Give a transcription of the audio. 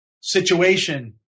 situation